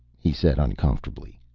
he said uncomfortably,